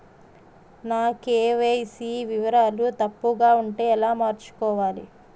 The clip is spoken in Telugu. నా కే.వై.సీ వివరాలు తప్పుగా ఉంటే ఎలా మార్చుకోవాలి?